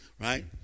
Right